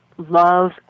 Love